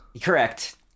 Correct